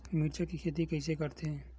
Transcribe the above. मिरचा के खेती कइसे करथे?